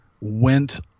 went